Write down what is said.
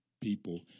people